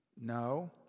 No